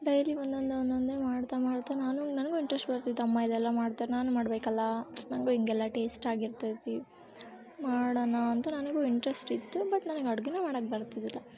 daily ಒಂದೊನ್ ಒಂದೊಂದೇ ಮಾಡ್ತಾ ಮಾಡ್ತಾ ನಾನು ನನಗೂ ಇಂಟ್ರೆಸ್ಟ್ ಬರ್ತಿತ್ತು ಅಮ್ಮ ಇದೆಲ್ಲ ಮಾಡ್ತಾರೆ ನಾನೂ ಮಾಡಬೇಕಲ್ಲ ನಂಗೂ ಹಿಂಗೆಲ್ಲ ಟೇಸ್ಟಾಗಿ ಇರ್ತೈತಿ ಮಾಡಣ ಅಂತ ನನಗೂ ಇಂಟ್ರೆಸ್ಟ್ ಇತ್ತು ಬಟ್ ನನಗೆ ಅಡ್ಗೆಯೇ ಮಾಡಕ್ಕೆ ಬರ್ತಿದ್ದಿಲ್ಲ